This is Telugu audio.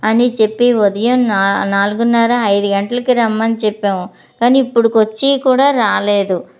అని చెప్పి ఉదయం నా నాలుగున్నర ఐదు గంటలకి రమ్మని చెప్పాము కానీ ఇప్పుటికి వచ్చి కూడా రాలేదు